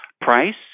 price